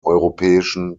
europäischen